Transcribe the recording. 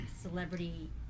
celebrity